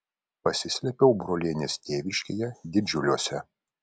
pasislėpiau brolienės tėviškėje didžiuliuose